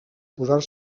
posar